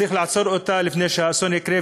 צריך לעצור אותה לפני שהאסון יקרה,